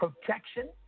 protection